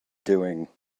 doing